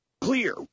clear